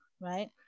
right